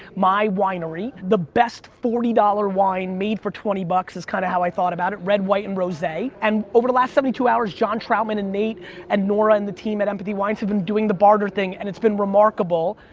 my winery. the best forty dollars wine made for twenty dollars is kind of how i thought about it. red, white, and rose. and over the last seventy two hours, john troutman and nate and nora and the team at empathy wines have been doing the barter thing and it's been remarkable.